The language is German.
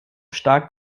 stark